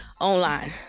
online